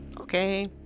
Okay